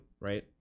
right